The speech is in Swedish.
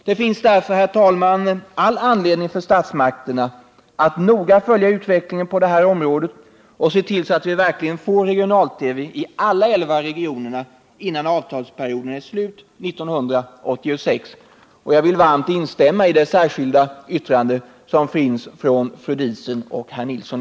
Det finns därför, herr talman, all anledning för statsmakterna att noga följa utvecklingen på området och se till att vi verkligen får regional-TV i alla elva regionerna innan avtalsperioden är slut 1986. Jag vill varmt instämma i det särskilda yttrande som avgivits av Ingrid Diesen och Tore Nilsson.